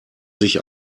sich